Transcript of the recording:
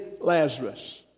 Lazarus